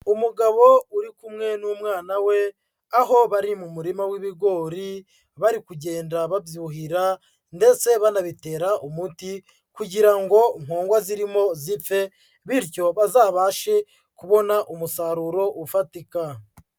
Umugabo uri kumwe n'umwana we, aho bari mu murima w'ibigori, bari kugenda babyuhira ndetse banabitera umuti kugira ngo nkongwa zirimo zipfe, bityo bazabashe kubona umusaruro ufatika.